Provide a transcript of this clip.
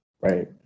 Right